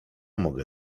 mogę